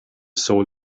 soiled